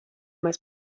mēs